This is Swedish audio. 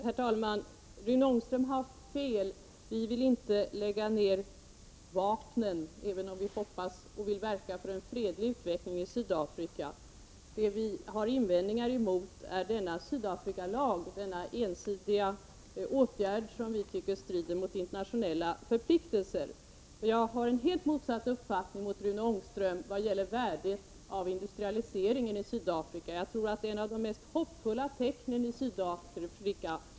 Herr talman! Rune Ångström har fel. Vi vill inte lägga ned vapnen mot apartheidsystemet, även om vi hoppas på och vill verka för en fredlig utvecking i Sydafrika. Vad vi anför invändningar mot är förslaget till en ny Sydafrikalag. Vi tycker att det är en ensidig åtgärd som strider mot internationella förpliktelser. Min inställning är en helt annan än Rune Ångströms i vad gäller värdet av industrialisering i Sydafrika. Denna är, enligt min mening, ett av de mest hoppfulla tecknen där.